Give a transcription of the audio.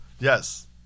Yes